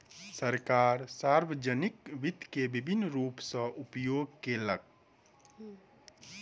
सरकार, सार्वजानिक वित्त के विभिन्न रूप सॅ उपयोग केलक